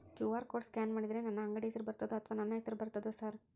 QR code scan ಮಾಡಿದರೆ ನನ್ನ ಅಂಗಡಿ ಹೆಸರು ಬರ್ತದೋ ಅಥವಾ ನನ್ನ ಹೆಸರು ಬರ್ತದ ಸರ್?